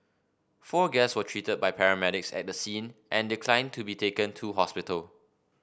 four guests were treated by paramedics at the scene and declined to be taken to hospital